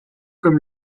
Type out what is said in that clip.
comme